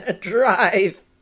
drive